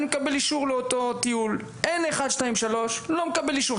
אני מקבל אישור לאותו טיול או לא מקבל אישור.